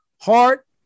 heart